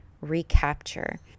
recapture